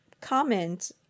comment